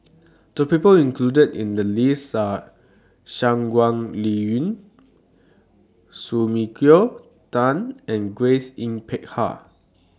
The People included in The list Are Shangguan Liuyun Sumiko Tan and Grace Yin Peck Ha